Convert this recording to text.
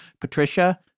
Patricia